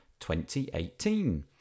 2018